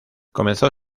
comenzó